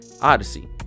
odyssey